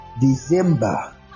December